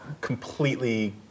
completely